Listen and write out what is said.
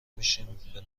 میشم، به